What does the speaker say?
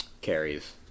carries